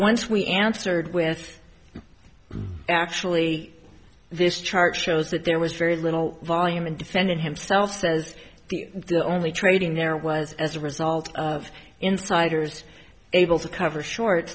once we answered with you actually this chart shows that there was very little volume and defendant himself says the only trading there was as a result of insiders able to cover short